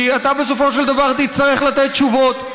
כי אתה בסופו של דבר תצטרך לתת תשובות,